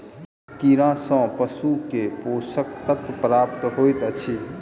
कीड़ा सँ पशु के पोषक तत्व प्राप्त होइत अछि